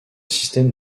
système